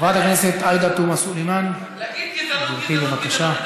חברת הכנסת עאידה תומא סלימאן, גברתי, בבקשה.